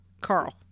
Carl